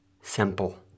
simple